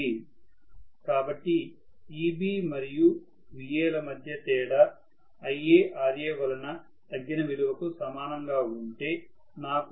కాబట్టి Eb మరియుVaల మధ్య తేడా IaRa వలన తగ్గిన విలువకు సమానంగా ఉంటే నాకుVaEbకి సమానం అవుతుంది